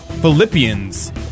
Philippians